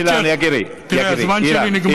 אילן יקירי, תראה, הזמן שלי נגמר.